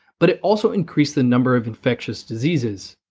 but it also increased the number of infectious diseases.